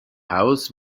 haus